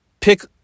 Pick